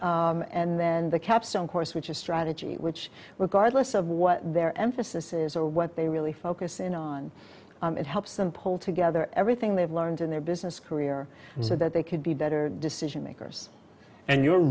also and then the capstone course which is strategy which regardless of what their emphasis is or what they really focus in on it helps them pull together everything they've learned in their business career so that they could be better decision makers and you're